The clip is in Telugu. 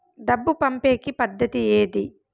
డబ్బు పంపేకి పద్దతి ఏది